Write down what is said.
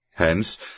Hence